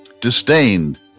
disdained